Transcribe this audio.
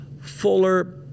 fuller